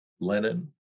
Lenin